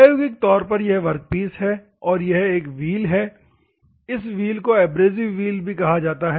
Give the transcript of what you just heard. प्रायोगिक तौर पर यह वर्कपीस है और यह एक व्हील है इस व्हील को एब्रेसिव व्हील भी कहा जाता है